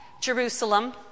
Jerusalem